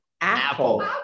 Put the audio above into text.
Apple